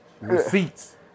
receipts